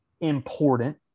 important